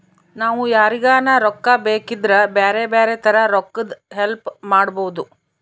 ನಾವು ಯಾರಿಗನ ರೊಕ್ಕ ಬೇಕಿದ್ರ ಬ್ಯಾರೆ ಬ್ಯಾರೆ ತರ ರೊಕ್ಕದ್ ಹೆಲ್ಪ್ ಮಾಡ್ಬೋದು